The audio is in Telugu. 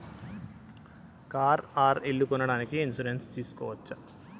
కారు ఆర్ ఇల్లు కొనడానికి ఇన్సూరెన్స్ తీస్కోవచ్చా?